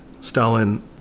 Stalin